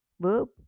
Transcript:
verb